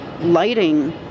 lighting